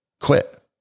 quit